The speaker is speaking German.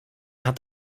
hat